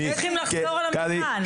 הם צריכים לחזור על המבחן.